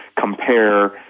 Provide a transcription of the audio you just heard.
compare